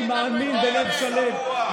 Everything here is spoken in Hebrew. אני מאמין בלב שלם,